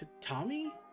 Tommy